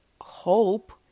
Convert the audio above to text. hope